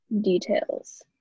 details